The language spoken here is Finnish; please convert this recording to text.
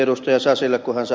ihan lyhyesti ed